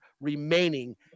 remaining